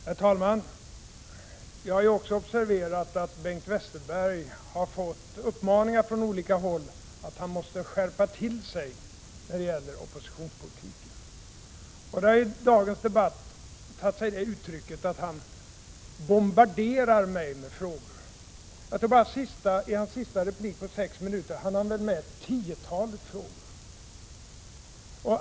Herr talman! Jag har också observerat att Bengt Westerberg har fått uppmaningar från olika håll att skärpa till sig när det gäller oppositionspolitiken. Det har i dagens debatt tagit sig det uttrycket att han har bombarderat mig med frågor. Bara i sin sista replik på sex minuter tror jag han hann med ett tiotal frågor.